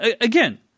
again